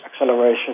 acceleration